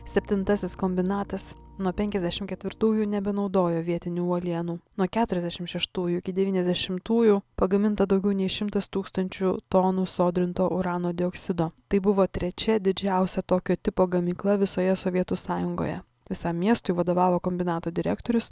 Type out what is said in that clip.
septintasis kombinatas nuo penkiasdešim ketvirtųjų nebenaudojo vietinių uolienų nuo keturiasdešim šeštųjų iki devyniasdešimtųjų pagaminta daugiau nei šimtas tūkstančių tonų sodrinto urano dioksido tai buvo trečia didžiausia tokio tipo gamykla visoje sovietų sąjungoje visam miestui vadovavo kombinato direktorius